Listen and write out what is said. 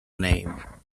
name